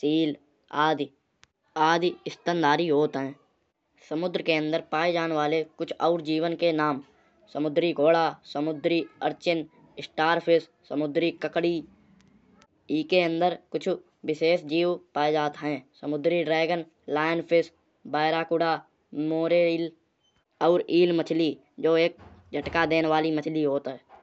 शील आदि स्थंडारी होत है। समुद्र के अंदर पाए जान वाले कुछ और जीवन के नाम समुद्री घोड़ा समुद्री अर्चिन स्टारफिश समुद्री ककड़ी ईके अंदर कुछ विशेष जीव पाए जात है। समुद्री ड्रैगन लायनफिश बैराकुडा मोरयल और ईल मछली जउ एक झटका देन वाली मछली होत है।